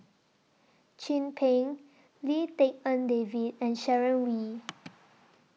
Chin Peng Lim Tik En David and Sharon Wee